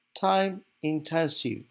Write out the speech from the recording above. time-intensive